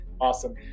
Awesome